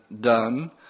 done